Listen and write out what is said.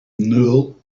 nul